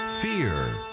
Fear